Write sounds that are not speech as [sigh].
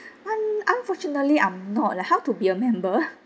um unfortunately I'm not leh how to be a member [laughs]